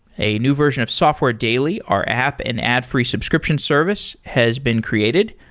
a new version of software daily, our app and ad-free subscription service, has been created,